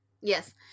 Yes